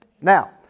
Now